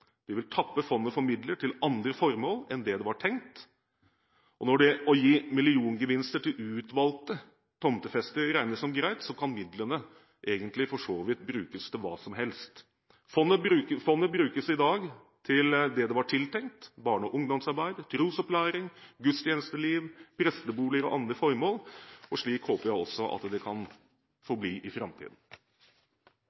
De vil tappe fondet for midler til andre formål enn hva som var tenkt. Når det å gi milliongevinster til utvalgte tomtefestere, regnes som greit, kan midlene egentlig for så vidt brukes til hva som helst. Fondet brukes i dag til det det var tiltenkt – barne- og ungdomsarbeid, trosopplæring, gudstjenesteliv, presteboliger og andre formål, og slik håper jeg også det kan